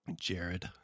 Jared